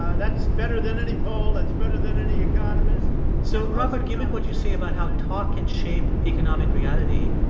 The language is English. ah that's better than any poll. that's better than any economist so, robert, given what you say about how talk can shape economic reality,